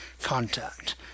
contact